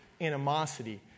animosity